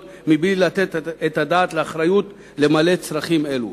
בלי לתת את הדעת לאחריות למלא צרכים אלו.